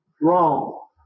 Wrong